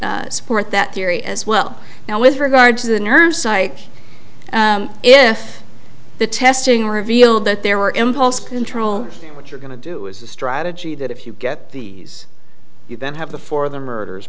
would support that theory as well now with regard to the nurse psych if the testing revealed that there were impulse control what you're going to do is a strategy that if you get these you then have the for the murders